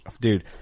Dude